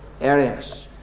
areas